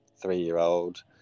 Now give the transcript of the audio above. three-year-old